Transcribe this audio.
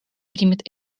примет